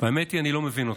והאמת היא, אני לא מבין אותך.